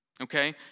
okay